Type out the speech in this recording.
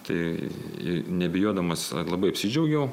tai neabejodamas labai apsidžiaugiau